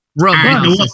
right